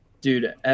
Dude